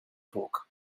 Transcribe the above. torque